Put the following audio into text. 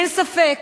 אין ספק